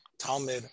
Talmud